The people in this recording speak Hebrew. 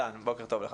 בוקר טוב לך.